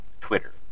Twitter